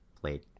played